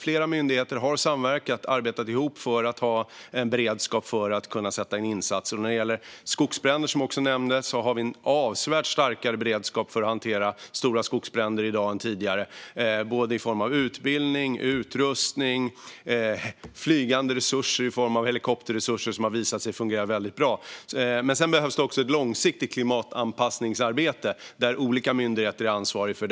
Flera myndigheter har samverkat och arbetat ihop för att ha en beredskap så att de kan göra insatser där. Vad gäller skogsbränder, som också nämndes, har vi i dag en avsevärt starkare beredskap för att hantera stora skogsbränder än vad vi hade tidigare. Det är i form av utbildning, utrustning och flygande resurser såsom helikoptrar, som har visat sig fungera väldigt bra. Det behövs dock också ett långsiktigt klimatanpassningsarbete, som olika myndigheter har ansvar för.